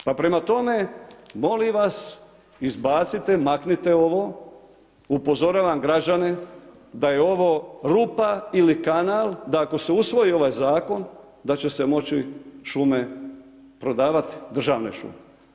Pa prema tome, molim vas, izbacite, maknite ovo, upozoravam građane, da je ovo rupa ili kanal, da ako se usvoji ovaj zakon da će se moći šume prodavati, državne šume.